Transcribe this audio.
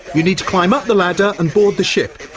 you need to climb up the ladder and board the ship.